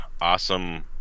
awesome